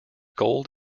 gold